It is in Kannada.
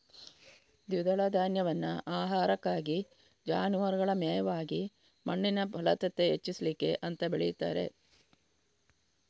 ದ್ವಿದಳ ಧಾನ್ಯವನ್ನ ಆಹಾರಕ್ಕಾಗಿ, ಜಾನುವಾರುಗಳ ಮೇವಾಗಿ ಮಣ್ಣಿನ ಫಲವತ್ತತೆ ಹೆಚ್ಚಿಸ್ಲಿಕ್ಕೆ ಅಂತ ಬೆಳೀತಾರೆ